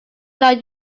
know